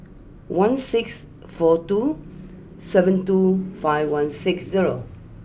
one six four two seven two five one six zero